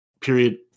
Period